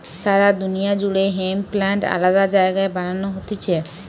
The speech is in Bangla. সারা দুনিয়া জুড়ে হেম্প প্লান্ট আলাদা জায়গায় বানানো হতিছে